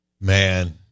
man